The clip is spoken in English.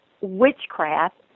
witchcraft